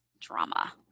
drama